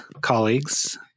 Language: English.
colleagues